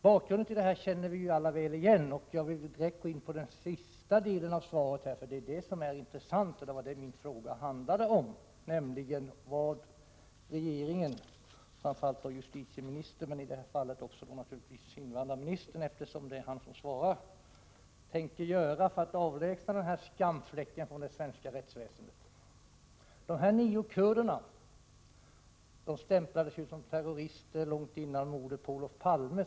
Bakgrunden känner vi alla väl till. Därför går jag direkt in på den sista delen av svaret, som ju är det intressanta och det min fråga handlade om. Jag har nämligen frågat vad regeringen — justitieministern och i det här fallet naturligtvis också invandrarministern, eftersom det är han som svarar på frågan — tänker göra för att avlägsna denna skamfläck från det svenska rättsväsendet. De nio kurderna stämplades som terrorister långt före mordet på Olof Palme.